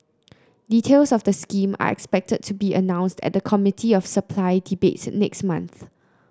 details of the scheme are expected to be announced at the Committee of Supply debate next month